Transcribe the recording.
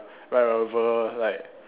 whenever like